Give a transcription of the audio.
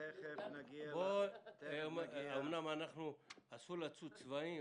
אמנם אסור לצוד צבאים,